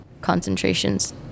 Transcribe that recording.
concentrations